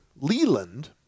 Leland